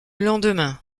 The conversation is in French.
lendemain